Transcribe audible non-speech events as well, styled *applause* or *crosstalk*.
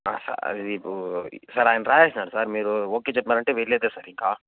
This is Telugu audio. *unintelligible* సార్ అయన రాసేసినాడు సార్ మీరు ఓకే చెప్పినారంటే వెళ్ళేదే సార్ ఇంకా